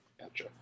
Gotcha